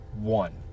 one